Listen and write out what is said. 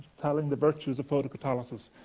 telling the virtues of photocatalysis.